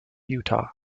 utah